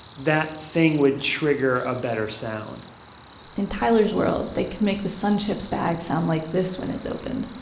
that thing would trigger a better sound in tyler's world, they could make the sunchips bag sound like this when it's opened.